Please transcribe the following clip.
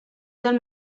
del